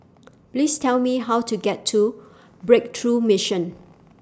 Please Tell Me How to get to Breakthrough Mission